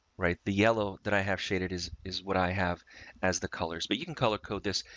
right? the yellow that i have shaded is, is what i have as the colors, but you can color code this,